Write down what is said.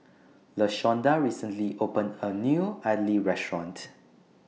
Lashonda recently opened A New Idly Restaurant